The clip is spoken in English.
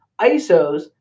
ISOs